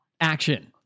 action